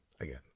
Again